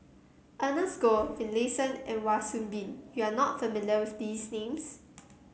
Ernest Goh Finlayson and Wan Soon Bee you are not familiar with these names